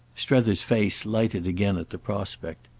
strether's face lighted again at the prospect.